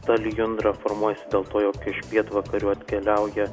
ta lijundra reformuojasi dėl to jog iš pietvakarių atkeliauja